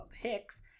Hicks